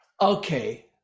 okay